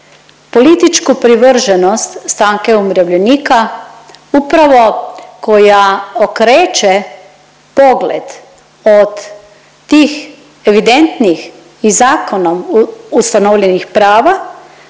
političku privrženost stranke umirovljenika upravo koja okreće pogled od tih evidentnih i zakonom ustanovljenih prava,